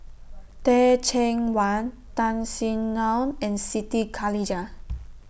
Teh Cheang Wan Tan Sin Aun and Siti Khalijah